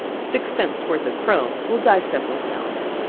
six cents worth of chrome will dye several pounds.